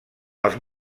els